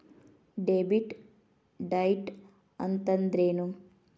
Debit date ಅಂತಂದ್ರೇನು?